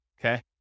okay